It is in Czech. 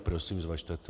Prosím, zvažte to.